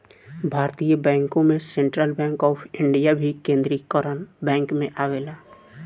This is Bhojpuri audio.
भारतीय बैंकों में सेंट्रल बैंक ऑफ इंडिया भी केन्द्रीकरण बैंक में आवेला